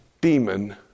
Demon